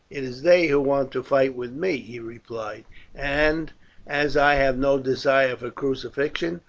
it is they who want to fight with me, he replied and as i have no desire for crucifixion,